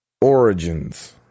Origins